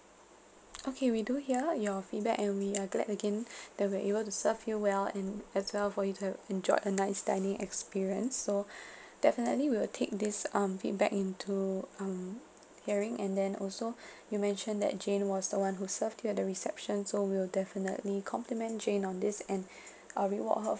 okay we do hear your feedback and we are glad again that we are able to serve you well and as well for you to have enjoyed a nice dining experience so definitely we will take this um feedback into um hearing and then also you mentioned that jane was the one who served you at the reception so we'll definitely compliment jane on this and uh reward her